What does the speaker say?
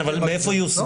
כן, אבל מאיפה היא הושגה?